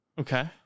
Okay